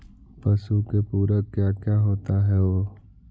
पशु के पुरक क्या क्या होता हो?